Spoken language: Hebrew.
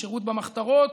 בשירות במחתרות,